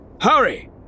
Hurry